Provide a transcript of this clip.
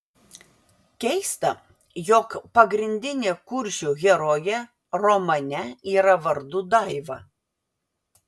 keista jog pagrindinė kuršių herojė romane yra vardu daiva